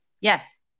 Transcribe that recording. Yes